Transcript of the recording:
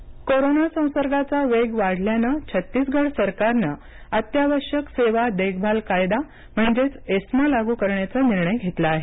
Chhattisgarh ESMA corona संसर्गाचा वेग वाढल्यानं छत्तीसगड सरकारनं अत्यावश्यक सेवा देखभाल कायदा म्हणजेच एस्मा लागू करण्याचा निर्णय घेतला आहे